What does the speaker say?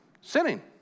Sinning